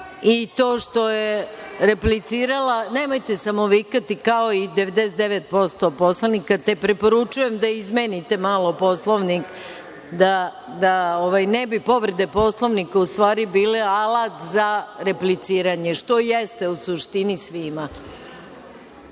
i to što je replicirao, nemojte samo vikati, kao i 99% poslanika, te preporučujem da izmenite malo Poslovnik da ne bi povrede Poslovnika u stvari bile alat za repliciranje, što jeste u suštini